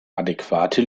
adäquate